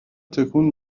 تکون